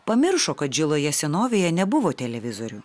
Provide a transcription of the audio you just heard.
pamiršo kad žiloje senovėje nebuvo televizorių